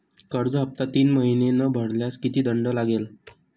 कर्ज हफ्ता तीन महिने न भरल्यास किती दंड लागेल?